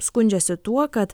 skundžiasi tuo kad